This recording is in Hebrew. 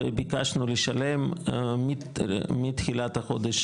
וביקשנו לשלם מתחילת החודש